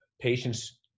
patients